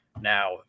Now